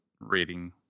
reading